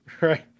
right